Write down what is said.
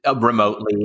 remotely